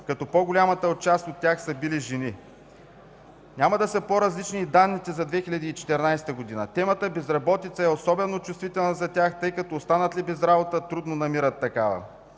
като по-голямата част от тях са били жени. Няма да са по-различни и данните за 2014 г. Темата „Безработица” е особено чувствителна за тях, тъй като останат ли без работа, трудно намират такава.